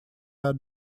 are